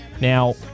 Now